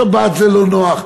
ושבת זה לא נוח,